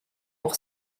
pour